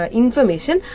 information